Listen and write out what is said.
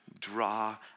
draw